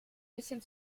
bisschen